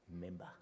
member